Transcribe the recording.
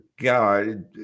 God